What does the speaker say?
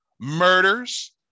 murders